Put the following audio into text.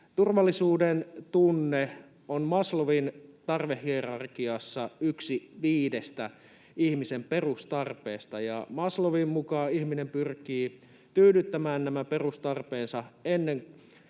Turvallisuudentunne on Maslowin tarvehierarkiassa yksi viidestä ihmisen perustarpeesta, ja Maslowin mukaan ihminen pyrkii tyydyttämään nämä perustarpeensa ennen